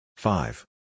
Five